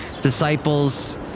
disciples